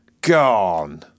Gone